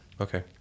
Okay